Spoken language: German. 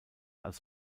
als